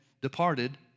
departed